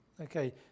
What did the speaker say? okay